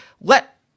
Let